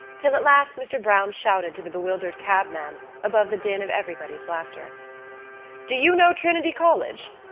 till at last mr. browne shouted to the bewildered cabman above the din of everybody's laughter do you know trinity college?